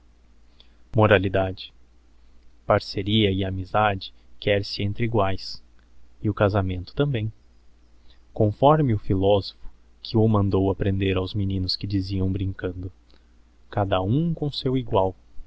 leão parceria e amizade quer-se entre iguaes e o casamento também conforme o philosoplio que o mandou aprender aos meninos que dizião brincando cadaliumcom seu igual